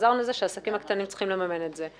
חזרנו לזה שהעסקים הקטנים צריכים לממן את זה.